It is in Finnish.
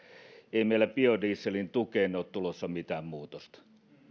ei meillä biodieselin tukeen ole tulossa mitään muutosta